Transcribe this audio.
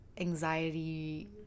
anxiety